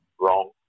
wrong